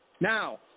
Now